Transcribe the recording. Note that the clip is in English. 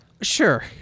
Sure